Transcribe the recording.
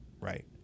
right